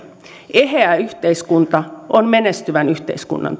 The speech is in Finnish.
eheä yhteiskunta on menestyvän yhteiskunnan